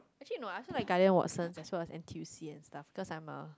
actually no lah I like guardian Watsons n_t_u_c and stuff cause I'm a